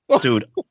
Dude